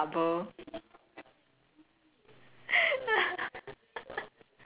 any guys I know in my life that I can recommend to you that fit into this double